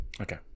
Okay